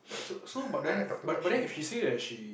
so so but then but then if she say that she